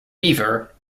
beaver